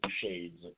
Shades